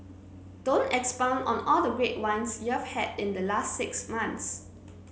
don't expound on all the great wines you've had in the last six months